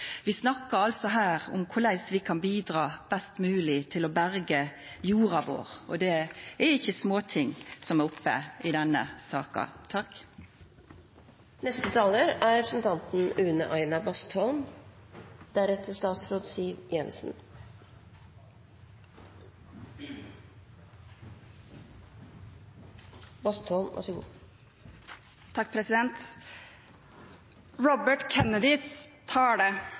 Vi snakkar altså her om korleis vi kan bidra best mogeleg til å berga jorda vår, og det er ikkje småting som er oppe i denne saka. Robert F. Kennedys tale